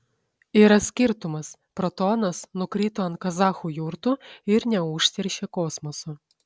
yra skirtumas protonas nukrito ant kazachų jurtų ir neužteršė kosmoso